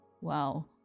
wow